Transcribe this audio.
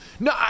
No